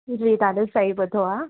जी त त सई ॿुधो आहे